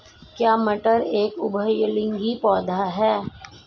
क्या मटर एक उभयलिंगी पौधा है?